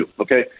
Okay